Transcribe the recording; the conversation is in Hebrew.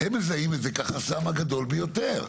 הם מזהים את זה כחסם הגדול ביותר.